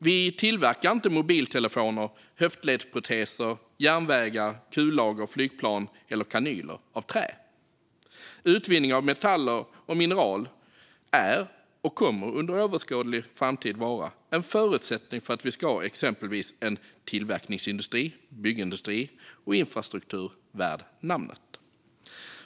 Vi tillverkar inte mobiltelefoner, höftledsproteser, järnvägar, kullager, flygplan eller kanyler av trä. Utvinning av metaller och mineral är och kommer under överskådlig framtid att vara en förutsättning för att vi ska ha exempelvis en tillverkningsindustri, en byggindustri och en infrastruktur värd namnet.